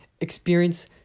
experience